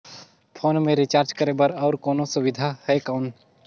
Phone मे recharge करे बर और कोनो सुविधा है कौन?